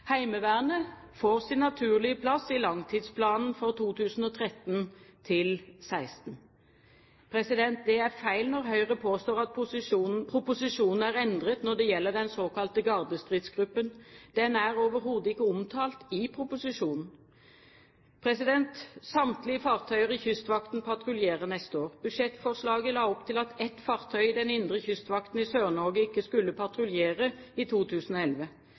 Heimevernet får sin naturlige plass i langtidsplanen for 2013–2016. Det er feil når Høyre påstår at proposisjonen er endret når det gjelder den såkalte gardestridsgruppen – den er overhodet ikke omtalt i proposisjonen. Samtlige fartøyer i Kystvakten patruljerer neste år. Budsjettforslaget la opp til at ett fartøy i den indre kystvakten i Sør-Norge ikke skulle patruljere i 2011.